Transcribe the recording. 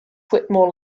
whitmore